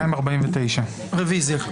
רוויזיה.